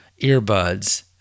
earbuds